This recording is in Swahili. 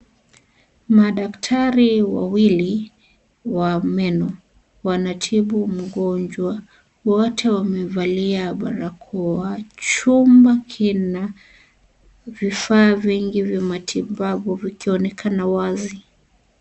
Madaktari wawili wa meno wanamtibu mgonjwa wote wamevalia barakoa. Chumba kinavifaa vingi vya matibabu vikionekana wazi.